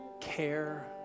care